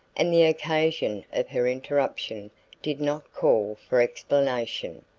and the occasion of her interruption did not call for explanation.